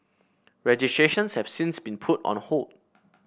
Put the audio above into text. registrations have since been put on hold